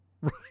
Right